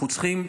אנחנו צריכים,